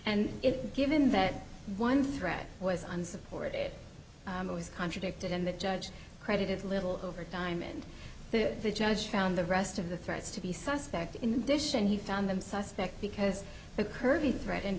and it given that one threat was on support it was contradicted and the judge credited little overtime and the judge found the rest of the threats to be suspect in addition he found them suspect because the kirby threat in